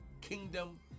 kingdom